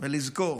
ולזכור